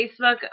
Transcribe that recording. Facebook